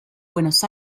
buenos